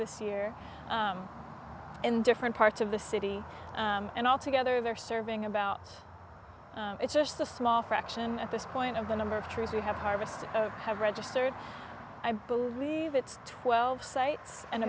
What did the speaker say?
this year in different parts of the city and all together they're serving about it's just a small fraction at this point of the number of troops we have harvested have registered i believe it's twelve sites and